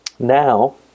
Now